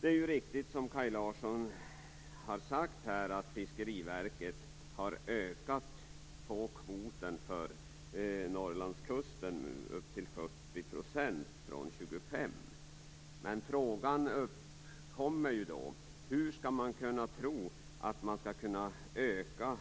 Det är riktigt, som Kaj Larsson sade, att Fiskeriverket har ökat kvoten för fisket utefter Norrlandskusten från 25 % till 40 %. Men då uppkommer en fråga: Hur kan man tro att man skall kunna öka